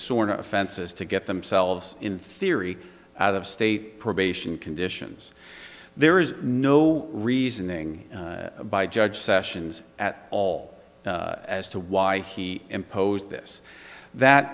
sort of offenses to get themselves in theory out of state probation conditions there is no reasoning by judge sessions at all as to why he imposed this that